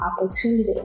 opportunity